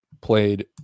played